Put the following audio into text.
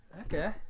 Okay